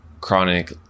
chronic